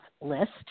list